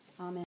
Amen